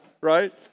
Right